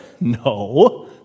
No